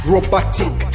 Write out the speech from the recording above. Robotic